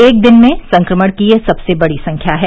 एक दिन में संक्रमण की यह सबसे बडी संख्या है